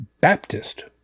Baptist